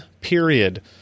period